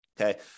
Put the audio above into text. okay